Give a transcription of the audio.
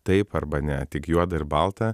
taip arba ne tik juoda ir balta